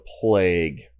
plague